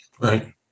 right